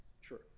sure